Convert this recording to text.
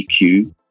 EQ